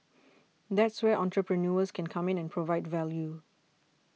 that's where entrepreneurs can come in and provide value